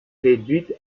réduite